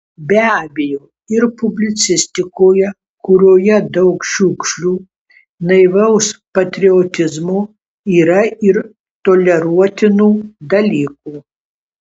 be abejo ir publicistikoje kurioje daug šiukšlių naivaus patriotizmo yra ir toleruotinų dalykų